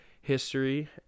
history